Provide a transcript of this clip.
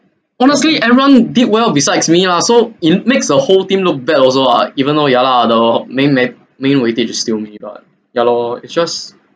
honestly everyone did well besides me lah so it makes the whole team look bad also lah even though ya lah the main mad~ main weightage is still me but ya lor it's just